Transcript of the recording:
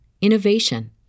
innovation